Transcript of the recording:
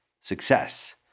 success